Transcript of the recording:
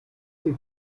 die